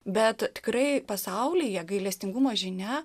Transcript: bet tikrai pasaulyje gailestingumo žinia